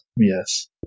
Yes